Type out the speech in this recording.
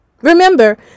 Remember